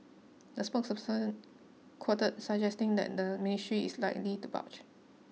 the spokesperson quoted suggesting that the ministry is likely to budge